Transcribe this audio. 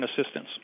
assistance